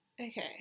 Okay